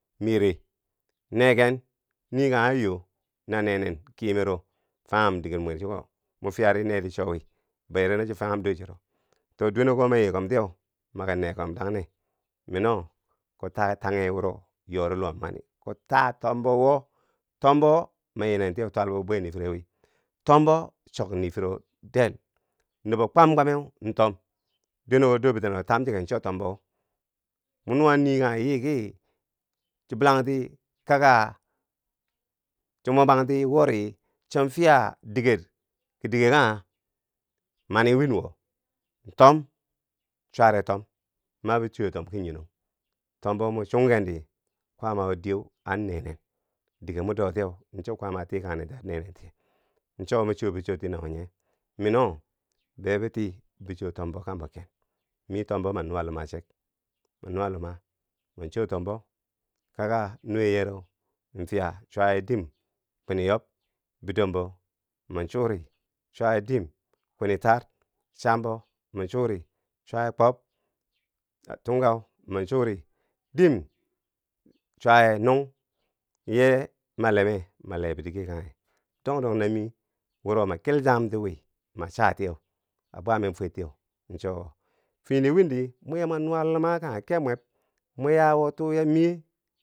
Miyere neken nii kanghe a yoo na neenen kyemero, fanghum digermwero chiko, mo fyari neeti cho wi beri na cho fanghum dor chero, to dwene ko ma yiikom tiyeu miki neekom. dangne mino kom taa kake wo yori luma mani, kom taa tombowo, tombo ma yinentiye twalbo bibwe niifire wii, tombo chok niifiro del, nubo kwamkwameu ntom dwenewo dorbitinerowo tam chike cho tombo. wo, mo nuwa nii kanghe yii kii cho bilangti kaka cho mwabangti wori chon fiya diger kii dige kangha? mani wiin woh in tom chware tom, ma bo choo tom kii nyinong, tombo mo chunghendi kwaama wo diyeu an neenen dige mo dootyeu cho kwaama a tikang nenti a neenentiye. cho ma choo bi chorti na wo nye, mino be bi ti nabo cho tombo kambo ken, mi tombo ma nuwa luma chek, man nuwa luma, min choo tombo kaka nuwe yereu ma fiya chwaye dim kwini yob, bidombo min churi chwaye dim kwini ta'ar, chambo man churi chwaye kwob, tungka man churi dim chwaye nung, yee ma lem me ma lebo dige. kanghe, dong dong nami wuro ma kilchangum tiwi ma chatiyeu a bwa men fwer tiyeu cho wo fini windi mwe mwa nuwa luma kanghe keb mweb, mo ya wo tuu ya miye.